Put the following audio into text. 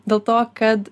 dėl to kad